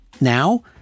Now